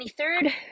23rd